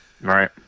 Right